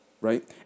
right